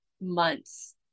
months